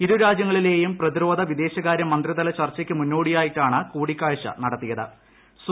ഇരു രാജ്യങ്ങളിലെയും പ്രതിരോധ വിദേശകാര്യ മന്ത്രിതല ചർച്ചയ്ക്ക് മുന്നോടിയായിട്ടാണ് കൂടിക്കാഴ്ച നടത്തിയത്ത്